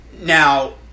Now